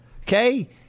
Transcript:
okay